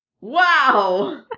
wow